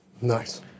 Nice